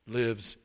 lives